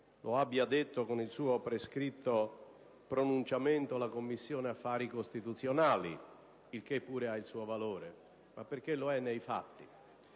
lo abbia detto con il suo prescritto pronunciamento la Commissione affari costituzionali, il che pure ha il suo valore, ma perché così è nei fatti.